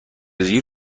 زیر